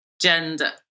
gender